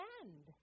end